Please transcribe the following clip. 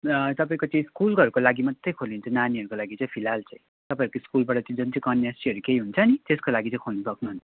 तपाईँको चाहिँ स्कुलकोहरूको लागि मात्रै खोलिन्छ नानीहरूको लागि चाहिँ फिलहाल चाहिँ तपाईँहरूको स्कुलबाट त्यो जुन चाहिँ कन्याश्रीहरू केही हुन्छ नि त्यसको लागि चाहिँ खोल्न सक्नुहुन्छ